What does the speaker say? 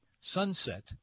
sunset